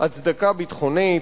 הצדקה ביטחונית,